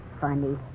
funny